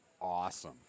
awesome